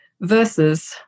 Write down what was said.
versus